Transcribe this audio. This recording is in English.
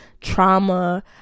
trauma